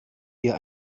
dir